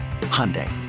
Hyundai